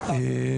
כאן.